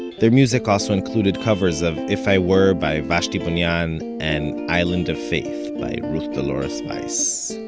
their music also included covers of if i were by vashti bunyan, and island of faith by ruth dolores-weiss.